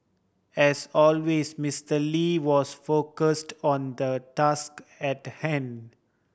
as always Mister Lee was focused on the task at hand